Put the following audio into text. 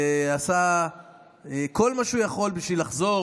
ועשה כל מה שהוא יכול בשביל לחזור